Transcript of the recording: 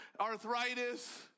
arthritis